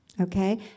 Okay